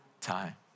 time